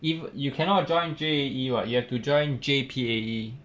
if you cannot join J_A_E what you have to join J_P_A_E